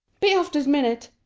be off this minute!